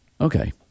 okay